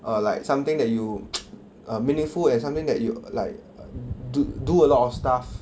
err like something that you err meaningful and something that you like do do a lot of stuff